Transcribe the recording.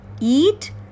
eat